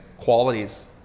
qualities